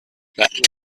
bad